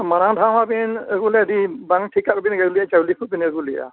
ᱢᱟᱲᱟᱝ ᱫᱷᱟᱣ ᱦᱚᱸ ᱟᱹᱵᱤᱱ ᱵᱟᱝ ᱴᱷᱤᱠᱟᱜ ᱟᱹᱵᱤᱱ ᱟᱹᱜᱩ ᱞᱮᱜᱼᱟ ᱪᱟᱣᱞᱮ ᱠᱚ ᱵᱤᱱ ᱟᱹᱜᱩ ᱞᱮᱜᱼᱟ